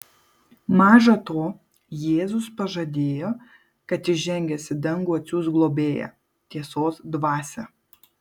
maža to jėzus pažadėjo kad įžengęs į dangų atsiųs globėją tiesos dvasią